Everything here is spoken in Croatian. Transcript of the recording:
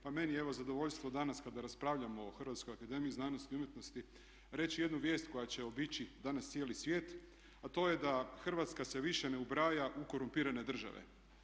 Pa meni je evo zadovoljstvo danas kad raspravljamo o Hrvatskoj akademiji znanosti i umjetnosti reći jednu vijest koja će obići danas cijeli svijet, a to je da Hrvatska se više ne ubraja u korumpirane države.